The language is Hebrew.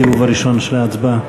ההצבעה.